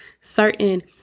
Certain